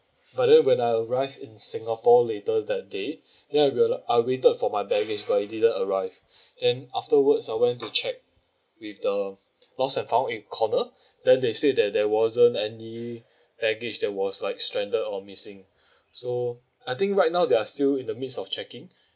but then when I arrived in singapore later that day then I re~ I waited for my baggage but it didn't arrive then afterwards I went to check with the lost and found it corner then they said that there wasn't any baggage that was like stranded or missing so I think right now they are still in the midst of checking